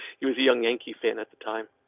he was a young yankee fan at the time,